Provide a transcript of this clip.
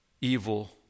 evil